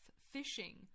fishing